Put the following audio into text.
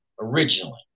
originally